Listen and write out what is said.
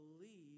believe